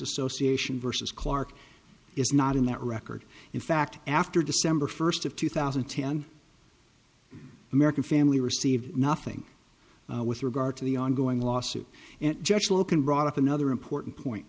association versus clarke is not in that record in fact after december first of two thousand and ten american family received nothing with regard to the ongoing lawsuit and jeff loken brought up another important point